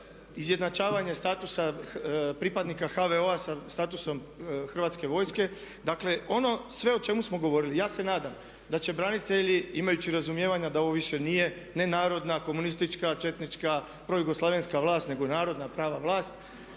izjednačavanje statusa pripadnika HVO-a sa statusom HV-a. Dakle, ono sve o čemu smo govorili. Ja se nadam da će branitelji imajući razumijevanja da ovo više nije nenarodna, komunistička, četnička, projugoslavenska vlast nego je narodna prava vlast